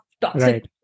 toxic